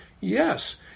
Yes